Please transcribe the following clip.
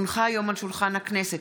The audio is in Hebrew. כי הונחה היום על שולחן הכנסת,